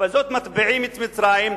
ובזאת מטביעים את מצרים,